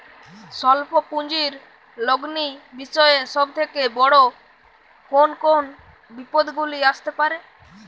স্বল্প পুঁজির লগ্নি বিষয়ে সব থেকে বড় কোন কোন বিপদগুলি আসতে পারে?